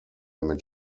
mit